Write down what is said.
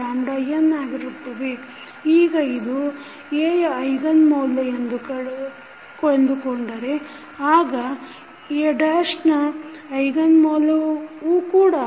n ಆಗಿರುತ್ತವೆ ಈಗ ಇದು Aಯ ಐಗನ್ ಮೌಲ್ಯ ಎಂದುಕೊಂಡರೆ ಆಗ ಇದು Aನ ಐಗನ್ ಮೌಲ್ಯವೂ ಕೂಡ